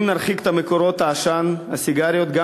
אם נרחיק את מקורות עשן הסיגריות גם